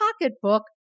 pocketbook